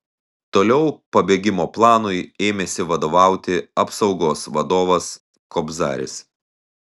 toliau pabėgimo planui ėmėsi vadovauti apsaugos vadovas kobzaris